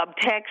subtext